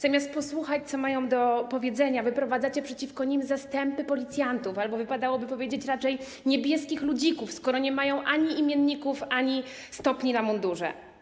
Zamiast posłuchać, co mają do powiedzenia, wyprowadzacie przeciwko nim zastępy policjantów, wypadałoby powiedzieć raczej: niebieskich ludzików, skoro nie mają ani imienników, ani stopni na mundurze.